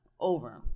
Over